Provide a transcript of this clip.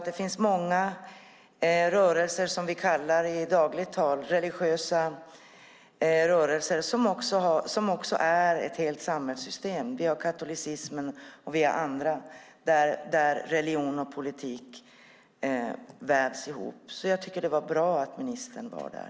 Det finns många rörelser som vi i dagligt tal kallar religiösa men som också är hela samhällssystem. Vi har katolicismen och andra rörelser där religion och politik vävs ihop. Jag tycker att det var bra att ministern var där.